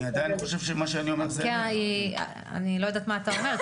אני עדיין חושב שמה שאני אומר זה -- אני לא יודעת מה אתה אומר,